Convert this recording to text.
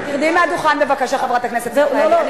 תרדי מהדוכן בבקשה, חברת הכנסת מיכאלי.